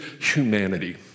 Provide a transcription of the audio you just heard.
humanity